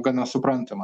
gana suprantama